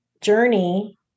journey